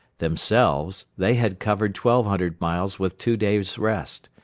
themselves, they had covered twelve hundred miles with two days' rest,